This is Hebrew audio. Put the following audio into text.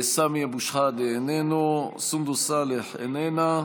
סמי אבו שחאדה, איננו, סונדוס סאלח, איננה,